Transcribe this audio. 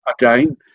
again